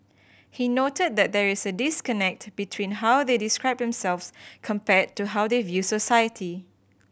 he noted that there is a disconnect between how they describe themselves compared to how they view society